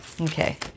Okay